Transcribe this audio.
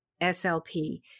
SLP